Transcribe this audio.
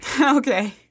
Okay